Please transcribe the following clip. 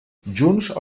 junts